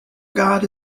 god